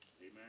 Amen